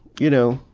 you know,